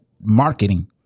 marketing